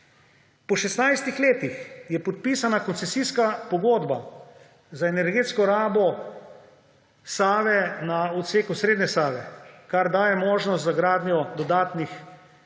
letih je podpisana koncesijska pogodba za energetsko rabo Save na odseku srednje Save, kar daje možnost za gradnjo dodatnih